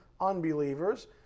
unbelievers